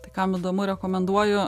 tai kam įdomu rekomenduoju